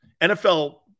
NFL